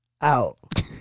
out